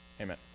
Amen